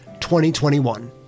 2021